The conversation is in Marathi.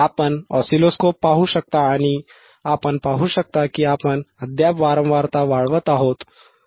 आपण ऑसिलोस्कोप पाहू शकता आणि आपण पाहू शकता की आपण अद्याप वारंवारता वाढवत आहोत